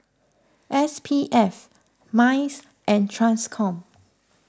S P F Mice and Transcom